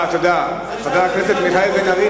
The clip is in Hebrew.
חבר הכנסת מיכאל בן-ארי,